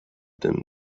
them